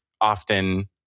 often